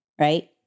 right